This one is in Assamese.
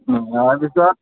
তাৰপিছত